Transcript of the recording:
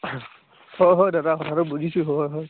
হয় হয় দাদা কথাটো বুজিছোঁ হয় হয়